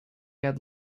had